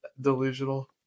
delusional